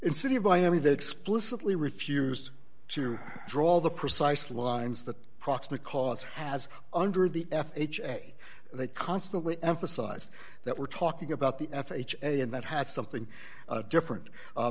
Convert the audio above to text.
in city of miami they explicitly refused to draw the precise lines that proximate cause has under the f h a they constantly emphasize that we're talking about the f h a and that has something different